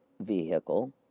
vehicle